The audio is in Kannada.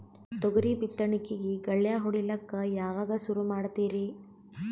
ತೊಗರಿ ಬಿತ್ತಣಿಕಿಗಿ ಗಳ್ಯಾ ಹೋಡಿಲಕ್ಕ ಯಾವಾಗ ಸುರು ಮಾಡತೀರಿ?